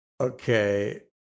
Okay